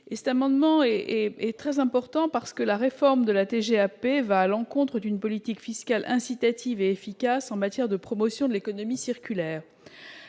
Morin-Desailly, est très important. En effet, la réforme de la TGAP va à l'encontre d'une politique fiscale incitative et efficace en matière de promotion de l'économie circulaire.